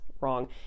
wrong